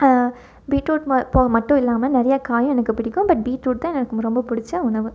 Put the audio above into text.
beetroot மட்டும் இல்லாமல் நிறையா காயும் எனக்கு பிடிக்கும் பட் பீட்ரூட் தான் எனக்கு ரொம்ப பிடிச்ச உணவு